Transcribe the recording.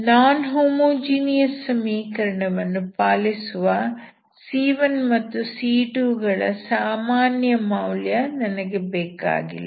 ನಾನ್ homogeneous ಸಮೀಕರಣವನ್ನು ಪಾಲಿಸುವ c1 ಮತ್ತು c2 ಗಳ ಸಾಮಾನ್ಯ ಮೌಲ್ಯ ನನಗೆ ಬೇಕಾಗಿಲ್ಲ